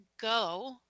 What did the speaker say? go